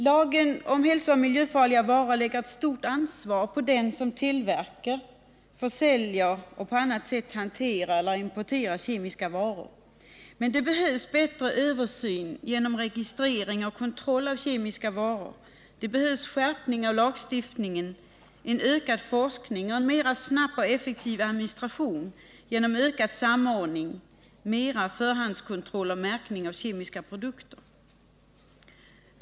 Lagen om hälsooch miljöfarliga varor lägger ett stort ansvar på den som tillverkar, försäljer och på annat sätt hanterar eller importerar kemiska varor. Men det behövs bättre översyn genom registrering och kontroll av kemiska varor. Det behövs skärpning av lagstiftningen, ökad forskning och en mera snabb och effektiv administration genom ökad samordning, mera förhandskontroll och märkning av kemiska produkter.